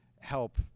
help